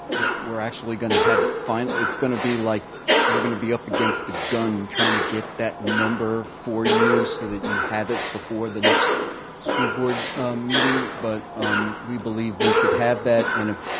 that we're actually going to have it it's it's going to be like we're going to be up against the gun, trying to get that number for you, so that you have it before the next school board meeting. but we believe we should have that. and if